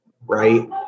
right